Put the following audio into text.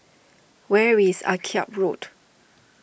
where is Akyab Road